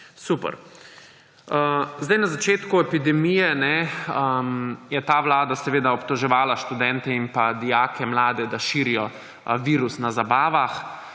Super. Na začetku epidemije je ta vlada seveda obtoževala študente in dijake, mlade, da širijo virus na zabavah,